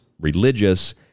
religious